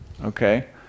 okay